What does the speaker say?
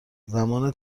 زمان